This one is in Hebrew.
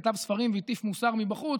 כתב ספרים והטיף מוסר מבחוץ.